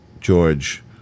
George